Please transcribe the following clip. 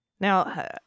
Now